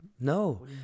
No